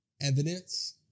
evidence